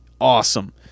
Awesome